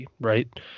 right